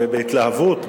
ובהתלהבות,